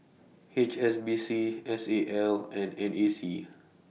H S B C S A L and N A C